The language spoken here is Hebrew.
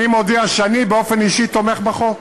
אני מודיע שאני באופן אישי תומך בחוק,